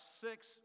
six